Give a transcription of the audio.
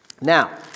Now